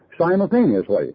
simultaneously